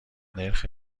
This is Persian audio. نرخ